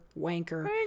wanker